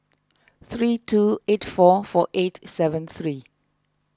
three two eight four four eight seven three